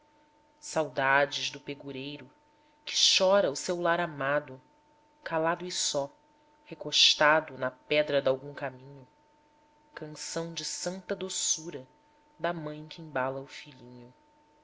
saudades do pegureiro que chora o seu lar amado calado e só recostado na pedra dalgum caminho canção de santa doçura da mãe que embala o filhinho